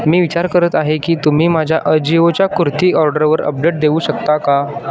मी विचार करत आहे की तुम्ही माझ्या अजिओच्या कुर्ती ऑर्डरवर अपडेट देऊ शकता का